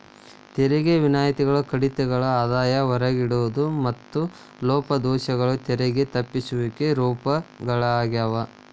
ತೆರಿಗೆ ವಿನಾಯಿತಿಗಳ ಕಡಿತಗಳ ಆದಾಯ ಹೊರಗಿಡೋದು ಮತ್ತ ಲೋಪದೋಷಗಳು ತೆರಿಗೆ ತಪ್ಪಿಸುವಿಕೆ ರೂಪಗಳಾಗ್ಯಾವ